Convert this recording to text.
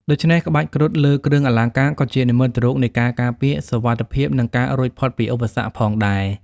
ដូច្នេះ ក្បាច់គ្រុឌលើគ្រឿងអលង្ការក៏ជានិមិត្តរូបនៃ ការការពារ សុវត្ថិភាព និង ការរួចផុតពីឧបសគ្គ ផងដែរ។